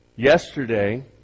Yesterday